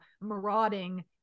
marauding